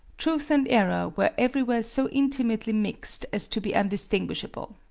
truth and error were everywhere so intimately mixed as to be undistinguishable.